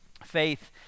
Faith